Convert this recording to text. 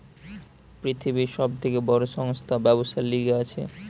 পৃথিবীর সব থেকে বড় সংস্থা ব্যবসার লিগে আছে